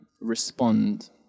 respond